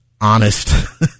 honest